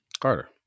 Carter